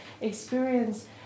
experience